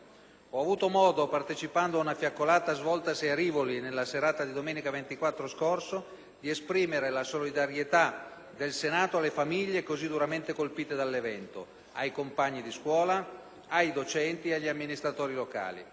il Paese. Partecipando ad una fiaccolata svoltasi a Rivoli nella serata di domenica 24 ho avuto modo di esprimere la solidarietà del Senato alle famiglie così duramente colpite dall'evento, ai compagni di scuola, ai docenti e agli amministratori locali.